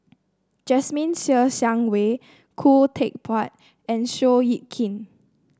Jasmine Ser Xiang Wei Khoo Teck Puat and Seow Yit Kin